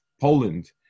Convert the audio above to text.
Poland